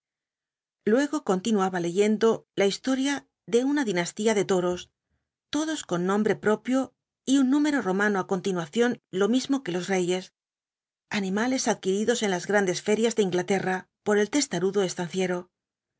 luego continuaba leyendo la historia de una dinastía de toros todos con nombre propio y un número romano á continuación lo mismo que los reyes animales adquiridos en las grandes ferias de inglaterra por el testarudo estanciero